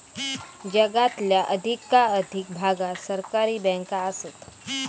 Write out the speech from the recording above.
जगातल्या अधिकाधिक भागात सहकारी बँका आसत